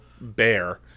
bear